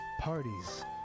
parties